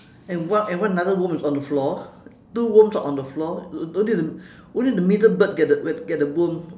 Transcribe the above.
and what and what another worm is on the floor two worms are on the floor only the only the middle bird get the get the worm